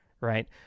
Right